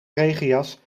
regenjas